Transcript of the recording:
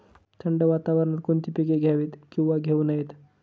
थंड वातावरणात कोणती पिके घ्यावीत? किंवा घेऊ नयेत?